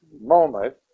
moment